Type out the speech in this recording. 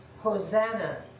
Hosanna